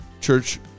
church